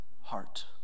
heart